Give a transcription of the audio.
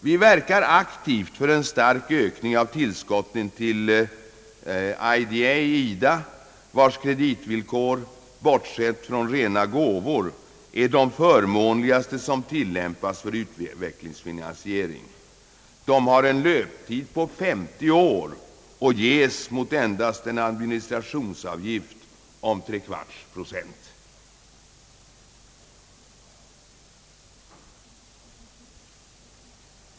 Vi verkar aktivt för en stark ökning av tillskotten till IDA, vars kreditvillkor, bortsett från rena gåvor, är de förmånligaste som tillämpas för utvecklingshjälpens finansiering. De har en löptid på 50 år och ges mot endast en administrationsavgift om 3/4 procent.